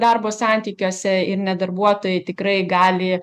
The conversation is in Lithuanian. darbo santykiuose ir ne darbuotojai tikrai gali